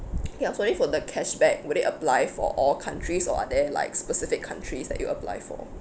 ya sorry for the cashback would it apply for all countries or are there like specific countries that it apply for